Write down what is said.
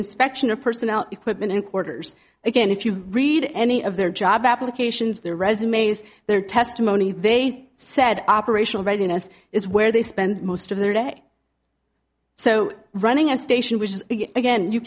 inspection of personnel equipment and quarters again if you read any of their job applications their resumes their testimony they said operational readiness is where they spend most of their day so running a station which is again you